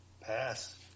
Pass